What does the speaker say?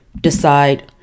decide